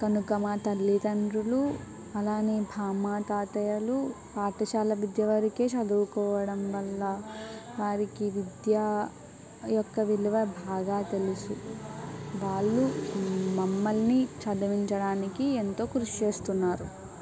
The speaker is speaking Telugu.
కనుక మా తల్లిదండ్రులు అలానే బామ్మ తాతయ్యలు పాఠశాల విద్య వరకే చదువుకోవడం వల్ల వారికి విద్య యొక్క విలువ బాగా తెలుసు వాళ్లు మమ్మల్ని చదివించడానికి ఎంతో కృషి చేస్తున్నారు